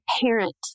parent